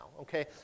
okay